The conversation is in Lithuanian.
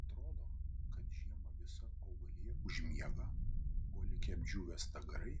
atrodo kad žiemą visa augalija užmiega o likę apdžiūvę stagarai